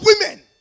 women